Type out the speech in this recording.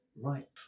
Right